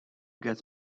gets